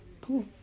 Cool